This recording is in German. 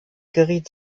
geriet